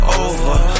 over